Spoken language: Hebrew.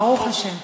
ברוך השם.